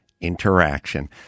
interaction